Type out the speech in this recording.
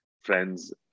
friends